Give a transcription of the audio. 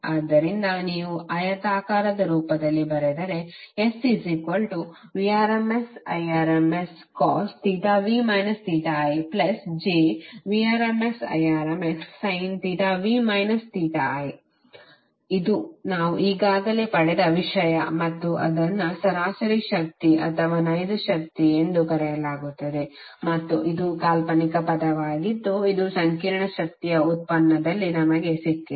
ಆದ್ದರಿಂದ ನೀವು ಆಯತಾಕಾರದ ರೂಪದಲ್ಲಿ ಬರೆದರೆ SVrms Irmscosv ijVrms Irmssinv i ಇದು ನಾವು ಈಗಾಗಲೇ ಪಡೆದ ವಿಷಯ ಮತ್ತು ಅದನ್ನು ಸರಾಸರಿ ಶಕ್ತಿ ಅಥವಾ ನೈಜ ಶಕ್ತಿ ಎಂದು ಕರೆಯಲಾಗುತ್ತದೆ ಮತ್ತು ಇದು ಕಾಲ್ಪನಿಕ ಪದವಾಗಿದ್ದು ಇದು ಸಂಕೀರ್ಣ ಶಕ್ತಿಯ ವ್ಯುತ್ಪನ್ನದಲ್ಲಿ ನಮಗೆ ಸಿಕ್ಕಿದೆ